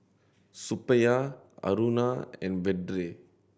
Suppiah Aruna and Vedre